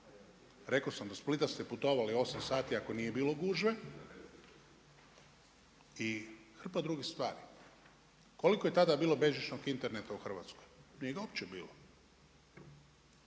rekao sam, do Split ste putovali 8 sati ako nije bilo gužve i hrpa drugih stvari. Koliko je tada bilo bežičnog interneta u Hrvatskoj? nije ga uopće bilo.